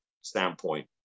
standpoint